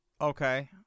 Okay